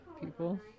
people